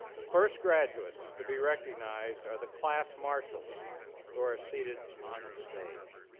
the first graduates to be recognized are the class marshals who are seated on the stage.